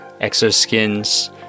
ExoSkin's